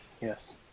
Yes